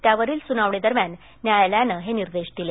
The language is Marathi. त्यावरील सुनावणी दरम्यान न्यायालयानं हे निर्देश दिले